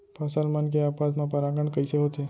फसल मन के आपस मा परागण कइसे होथे?